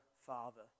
Father